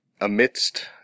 amidst